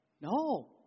No